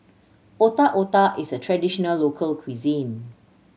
Otak Otak is a traditional local cuisine